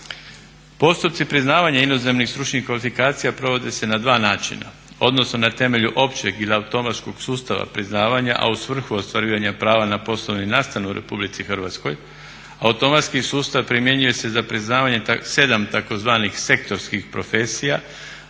Postupci priznavanja inozemnih stručnih kvalifikacija provode se na dva načina, odnosno na temelju općeg ili automatskog sustava priznavanja, a u svrhu ostvarivanja prava na poslovni nastan u RH automatski sustav primjenjuje se za priznavanje 7 tzv. sektorskih profesija,